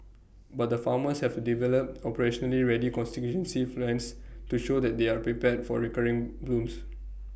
but the farmers have to develop operationally ready plans to show that they are prepared for recurring blooms